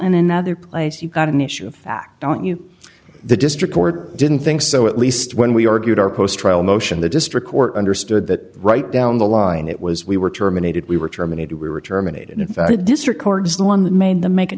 in another place you've got an issue of fact don't you the district court didn't think so at least when we argued our post trial motion the district court understood that right down the line it was we were terminated we were terminated we were terminated if i did this record is the one that made the make a